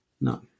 No